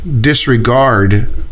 disregard